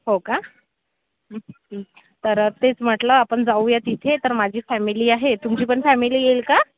हो का तर तेच म्हटलं आपण जाऊया तिथे तर माझी फॅमिली आहे तुमची पण फॅमिली येईल का